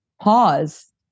pause